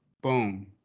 Boom